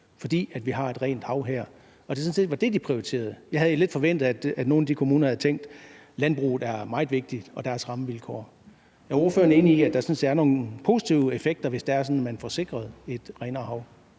fordi vi har et rent hav her, og at det sådan set var det, de prioriterede. Jeg havde lidt forventet, at nogle af de kommuner havde tænkt, at landbruget er meget vigtigt, og at landbrugets rammevilkår er meget vigtige. Er ordføreren enig i, at der sådan set er nogle positive effekter, hvis det er sådan, at man får sikret et renere hav?